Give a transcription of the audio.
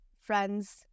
friends